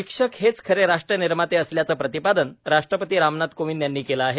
शिक्षक हेच खरे राष्ट्र निर्माते असल्याचं प्रतिपादन राष्ट्रपतीरामनाथ कोविंद यांनी केलं आहे